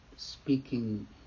Speaking